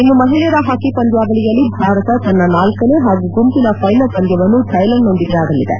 ಇನ್ನು ಮಹಿಳೆಯರ ಹಾಕಿ ಪಂದ್ಯಾವಳಿಯಲ್ಲಿ ಭಾರತ ತನ್ನ ನಾಲ್ಕನೇ ಹಾಗೂ ಗುಂಪಿನ ಫೈನಲ್ ಪಂದ್ಯವನ್ನು ಫೈಲ್ಯಾಂಡ್ ನೊಂದಿಗೆ ಆಡಲಿದೆ